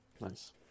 Nice